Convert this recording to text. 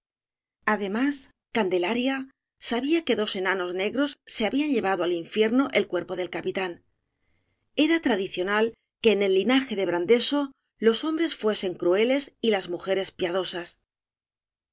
además candelaria sabía que dos ena nos negros se habían llevado al infierno el cuerpo del capitán era tradicional que en el linaje de brandeso los hombres fuesen crueles y las mujeres piadosas